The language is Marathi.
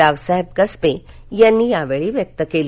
रावसाहेब कसबे यांनी यावेळी व्यक्त केलं